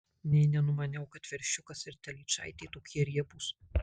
nė nenumaniau kad veršiukas ir telyčaitė tokie riebūs